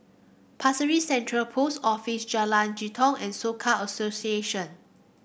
Pasir Ris Central Post Office Jalan Jitong and Soka Association